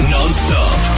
Non-stop